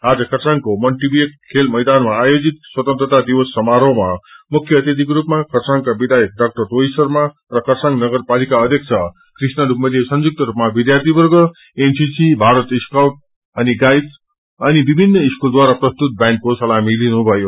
आज खरसाङ को मन्टिभियट खेल मैदानामा आयोजित स्वतन्त्र दिवस समारोहमा मुख्य अतिथिको रूपमा खरसाङका विधायक डाक्टर राहित शर्मा र ख्रारसाङ नगरपालिका अध्यक्ष कृष्ण लिम्बुले संयुक्त रूपमा विध्यार्ती वर्ग NCC Bharat scout and guides अनि विभिन्न स्कूलद्वारा प्रस्तुत बैण्डको असलामी लिनुभयो